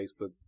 Facebook